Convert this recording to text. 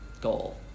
goal